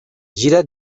gira